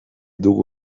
dugu